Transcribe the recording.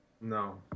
No